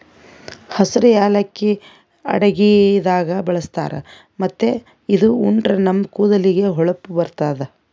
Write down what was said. ಹಸ್ರ್ ಯಾಲಕ್ಕಿ ಅಡಗಿದಾಗ್ ಬಳಸ್ತಾರ್ ಮತ್ತ್ ಇದು ಉಂಡ್ರ ನಮ್ ಕೂದಲಿಗ್ ಹೊಳಪ್ ಬರ್ತದ್